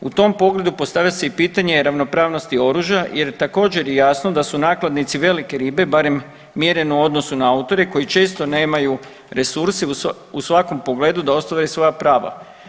U tom pogledu postavlja se i pitanje ravnopravnosti oružja jer je također jasno da su nakladnici velike ribe barem mjereno u odnosu na autore koji često nemaju resurse u svakom pogledu da ostvare svoja prava.